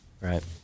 Right